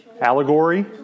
Allegory